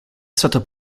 stata